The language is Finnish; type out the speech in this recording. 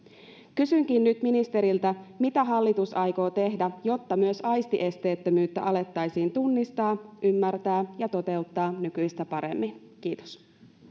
kysynkin nyt ministeriltä mitä hallitus aikoo tehdä jotta myös aistiesteettömyyttä alettaisiin tunnistaa ymmärtää ja toteuttaa nykyistä paremmin kiitos